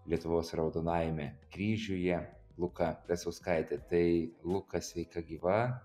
lietuvos raudonajame kryžiuje luka lesauskaitė tai luka sveika gyva